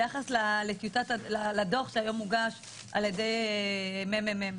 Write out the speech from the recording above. ביחס לדוח שהיום הוגש על ידי הממ"מ.